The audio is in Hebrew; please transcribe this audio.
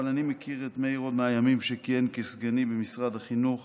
אבל אני מכיר את מאיר עוד מהימים שכיהן כסגני במשרד החינוך